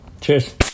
Cheers